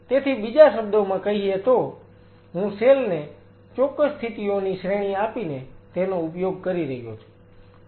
તેથી બીજા શબ્દોમાં કહીએ તો હું સેલ ને ચોક્કસ સ્થિતિઓની શ્રેણી આપીને તેનો ઉપયોગ કરી રહ્યો છું